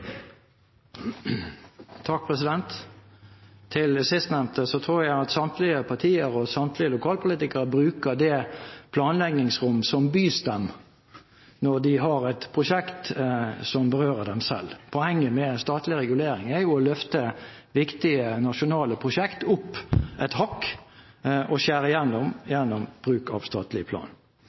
Til sistnevnte: Jeg tror at samtlige partier og samtlige lokalpolitikere bruker det planleggingsrom som bys dem når de har et prosjekt som berører dem selv. Poenget med statlig regulering er jo å løfte viktige nasjonale prosjekter opp et hakk og skjære igjennom, gjennom bruk av statlig plan.